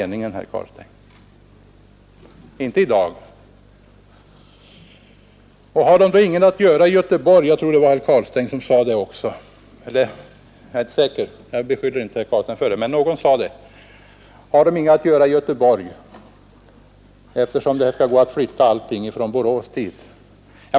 Någon undrade också — som sagt — om de inte hade någonting att göra i Göreborg, eftersom det skall gå att flytta allting från Borås dit.